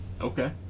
Okay